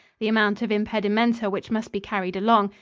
the amount of impedimenta which must be carried along,